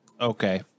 Okay